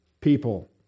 people